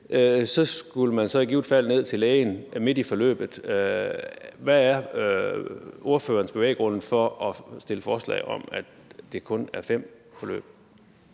så skal jeg i givet fald til lægen midt i forløbet. Hvad er ordførerens bevæggrund for at fremsætte forslag om, at det kun skal dreje